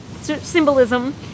symbolism